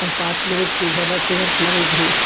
और सास नहीं ठीक है सुगर के मरीज हूँ